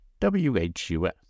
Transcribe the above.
WHUS